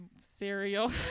cereal